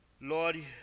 Lord